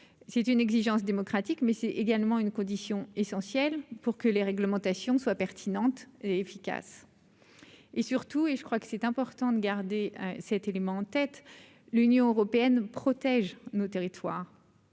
c'est une exigence démocratique, mais c'est également une condition essentielle pour que les réglementations soient pertinentes et efficaces et, surtout, et je crois que c'est important de garder cet élément en tête, l'Union européenne protège nos territoires